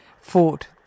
fought